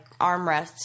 armrests